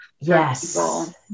Yes